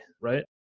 right